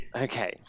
Okay